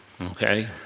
okay